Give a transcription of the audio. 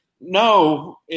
No